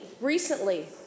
recently